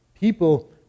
People